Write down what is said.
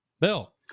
Bill